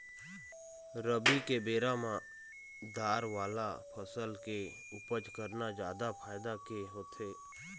रबी के बेरा म दार वाला फसल के उपज करना जादा फायदा के होथे